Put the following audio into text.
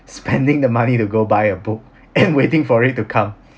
spending the money to go buy a book and waiting for it to come